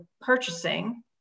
purchasing